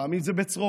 לפעמים זה בצרורות,